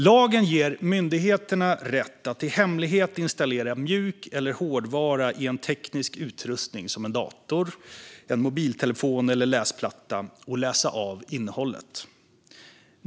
Lagen ger myndigheterna rätt att i hemlighet installera mjuk eller hårdvara i en teknisk utrustning som en dator, mobiltelefon eller läsplatta och läsa av innehållet.